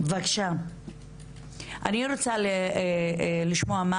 אני רוצה לשמוע,